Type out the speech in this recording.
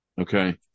okay